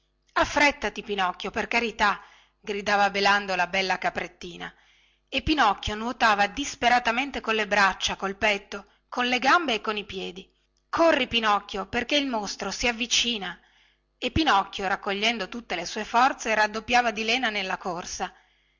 affréttati pinocchio per carità gridava belando la bella caprettina e pinocchio nuotava disperatamente con le braccia col petto con le gambe e coi piedi corri pinocchio perché il mostro si avvicina e pinocchio raccogliendo tutte le sue forze raddoppiava di lena nella corsa